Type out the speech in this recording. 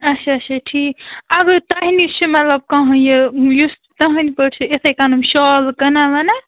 اَچھا اَچھا ٹھیٖک اَلبَتہٕ تۄہہِ نِش چھِ مَطلَب کانٛہہ یہِ یُس تُہٕنٛدۍ پٲٹھۍ چھِ یِتھٕے کٔنۍ یِم شال کٕنان وٕنان